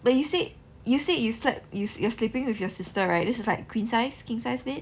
but you said you said you slept you're you're sleeping with your sister right this is like queen size king size bed